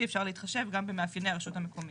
אפשר להתחשב גם במאפייני הרשות המקומיים.